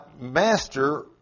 master